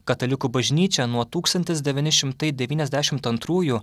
katalikų bažnyčia nuo tūkstantis devyni šimtai devyniasdešimt antrųjų